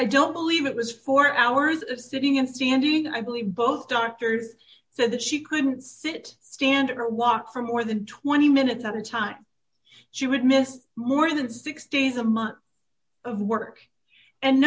i don't believe it was four hours of sitting and standing i believe both doctors so that she couldn't sit stand or walk for more than twenty minutes at a time she would miss more than sixty days a month of work and